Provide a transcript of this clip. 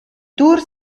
tour